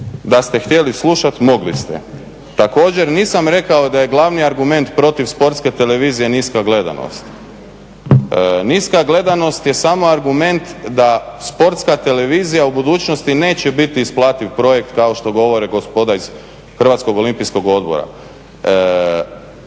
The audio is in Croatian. Da ste htjeli slušati mogli ste. Također, nisam rekao da je glavni argument protiv Sportske televizije niska gledanost. Niska gledanost je samo argument da Sportska televizija u budućnosti neće biti isplativ projekt kao što govore gospoda iz HOO-a. Činjenica